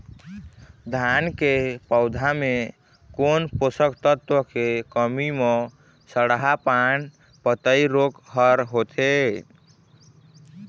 धान के पौधा मे कोन पोषक तत्व के कमी म सड़हा पान पतई रोग हर होथे?